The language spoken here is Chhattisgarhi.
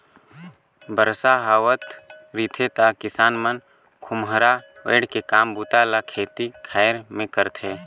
बरसा हावत रिथे त किसान मन खोम्हरा ओएढ़ के काम बूता ल खेती खाएर मे करथे